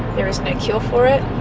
there is no cure for it,